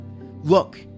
Look